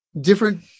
different